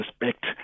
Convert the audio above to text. respect